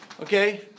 Okay